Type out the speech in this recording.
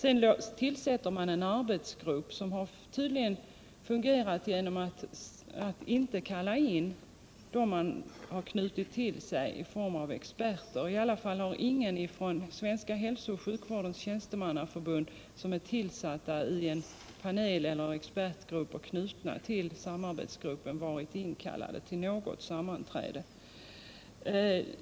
Sedan tillsätter man en arbetsgrupp som tydligen har fungerat genom att inte kalla in dem man har knutit till sig i form av experter. I alla fall har inga från Svenska hälsooch sjukvårdens tjänstemannaförbund, som är tillsatta i en panel eller expertgrupp och knutna till samarbetsgruppen, varit inkallade till något sammanträde.